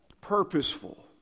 purposeful